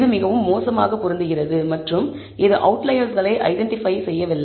இது மிகவும் மோசமாக பொருந்துகிறது மற்றும் இது அவுட்லையெர்ஸ்களை ஐடென்டிபை செய்யவில்லை